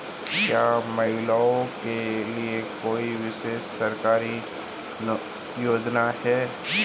क्या महिलाओं के लिए कोई विशेष सरकारी योजना है?